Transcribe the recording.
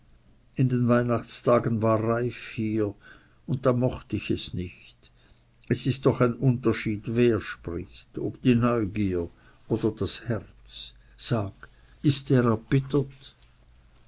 in den weihnachtstagen war reiff hier da mocht ich es nicht es ist doch ein unterschied wer spricht ob die neugier oder das herz sag ist er erbittert